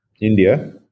India